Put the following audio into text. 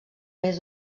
més